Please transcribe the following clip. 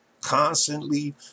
constantly